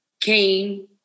came